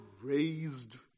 Raised